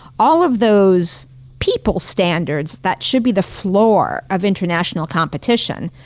all of those people standards that should be the floor of international competition,